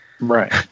right